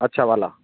अच्छा वाला